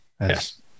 Yes